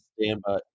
standby